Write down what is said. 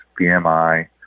BMI